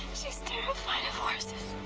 she's terrified of horses.